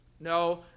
No